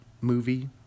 movie